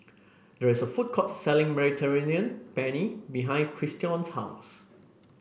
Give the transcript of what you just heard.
there is a food court selling Mediterranean Penne behind Christion's house